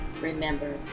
remember